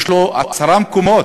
יש לו עשרה מקומות.